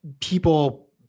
people